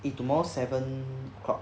eh tomorrow seven O'clock